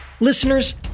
Listeners